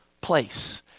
place